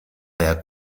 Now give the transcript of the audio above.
jak